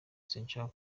sinshaka